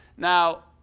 now,